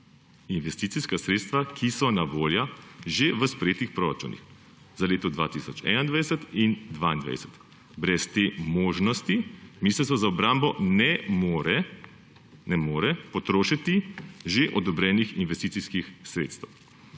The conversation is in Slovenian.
investicijska sredstva, ki so na voljo že v sprejetih proračunih za leti 2021 in 2022. Brez te možnosti, Ministrstvo za obrambo ne more potrošiti že odobrenih investicijskih sredstev.